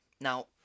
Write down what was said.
Now